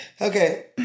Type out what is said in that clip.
Okay